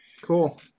cool